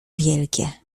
wielkie